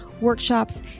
workshops